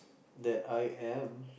that I am